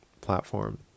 platform